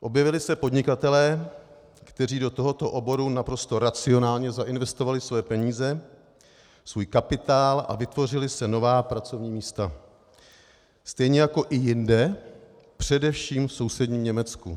Objevili se podnikatelé, kteří do tohoto oboru naprosto racionálně zainvestovali své peníze, svůj kapitál, a vytvořila se nová pracovní místa, stejně jako i jinde, především v sousedním Německu.